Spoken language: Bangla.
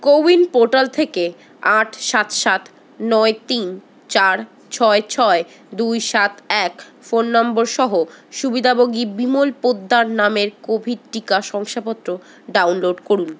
কো উইন পোর্টাল থেকে আট সাত সাত নয় তিন চার ছয় ছয় দুই সাত এক ফোন নম্বর সহ সুবিধাভোগী বিমল পোদ্দার নামের কোভিড টিকা শংসাপত্র ডাউনলোড করুন